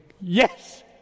yes